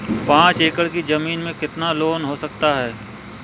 पाँच एकड़ की ज़मीन में कितना लोन हो सकता है?